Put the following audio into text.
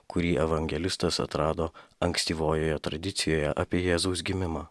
kurį evangelistas atrado ankstyvojoje tradicijoje apie jėzaus gimimą